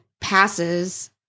passes